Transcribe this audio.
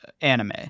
anime